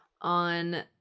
on